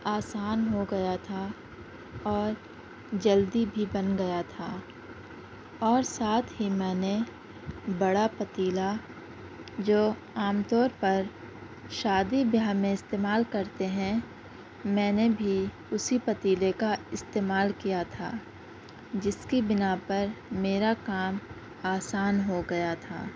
آسان ہو گیا تھا اور جلدی بھی بن گیا تھا اور ساتھ ہی میں نے بڑا پتیلا جو عام طور پر شادی بیاہ میں استعمال کرتے ہیں میں نے بھی اسی پتیلے کا استعمال کیا تھا جس کی بنا پر میرا کام آسان ہو گیا تھا